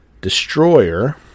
destroyer